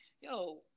yo